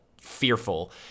fearful